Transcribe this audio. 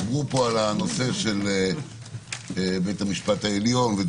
דיברו פה על הנושא של בית המשפט העליון.